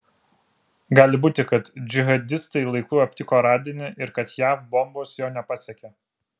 gali būti kad džihadistai laiku aptiko radinį ir kad jav bombos jo nepasiekė